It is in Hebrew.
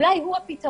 אולי הוא הפתרון,